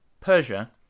Persia